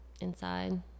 inside